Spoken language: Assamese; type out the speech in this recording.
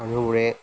মানুহবোৰে